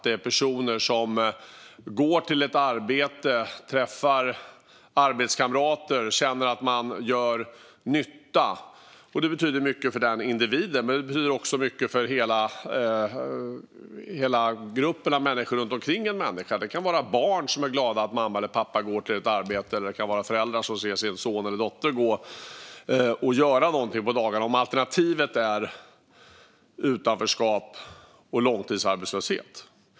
Det är personer som går till ett arbete, träffar arbetskamrater och känner att de gör nytta. Det betyder mycket för individen, men det betyder också mycket för andra runt omkring en människa. Det kan handla om barn som är glada att mamma eller pappa går till ett arbete eller föräldrar som ser sin son eller dotter göra någonting på dagarna, där alternativet skulle vara utanförskap och långtidsarbetslöshet.